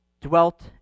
dwelt